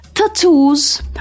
Tattoos